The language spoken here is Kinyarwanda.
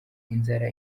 inzara